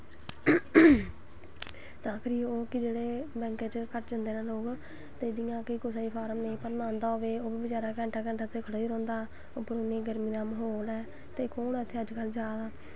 तां करियै कि ओह् बैंक च घट्ट जंदे न लोग ते जि'यां कि कुसे बचैरे गी फार्म भरना नेईं आंदा होऐ ओह् घैंटा घैंटा उत्थें खड़ोई रौंह्दा उप्परों गर्मी दा इन्ना म्हौल ऐ ते कु'न ऐ इत्थें जा दा